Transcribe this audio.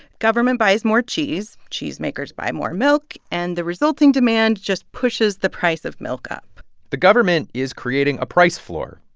government buys more cheese. cheese-makers buy more milk. and the resulting demand just pushes the price of milk up the government is creating a price floor.